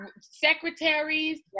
secretaries